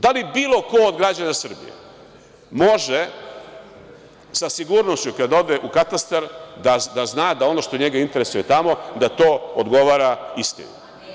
Da li bilo ko od građana Srbije može sa sigurnošću, kada ode u katastar, da zna da ono što njega interesuje tamo da to odgovara istini?